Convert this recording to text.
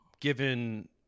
Given